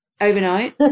overnight